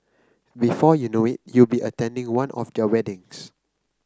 before you know it you'll be attending one of their weddings